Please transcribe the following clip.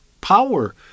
power